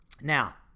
now